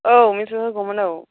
औ मेट्रिक होगौमोन औ